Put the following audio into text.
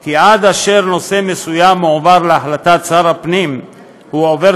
כי עד אשר נושא מסוים מועבר להחלטת שר הפנים הוא עובר